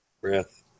breath